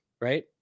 right